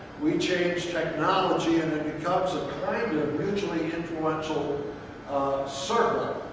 we change technology, and it becomes a kind of mutually influential circle.